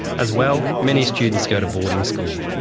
as well, many students go to boarding school.